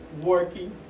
working